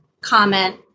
comment